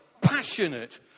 passionate